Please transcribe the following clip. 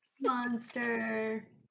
Monster